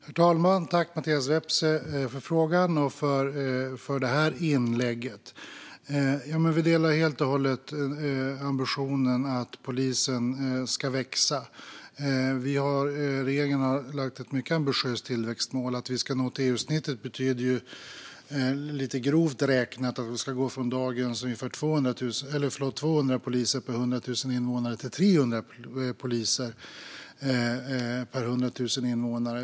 Herr talman! Tack, Mattias Vepsä, för frågan och för det här inlägget! Vi delar helt och hållet ambitionen att polisen ska växa. Regeringen har lagt fram ett mycket ambitiöst tillväxtmål. Att vi ska nå EU-snittet betyder grovt räknat att vi ska gå från dagens ungefär 200 poliser per 100 000 invånare till 300 poliser per 100 000 invånare.